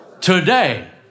Today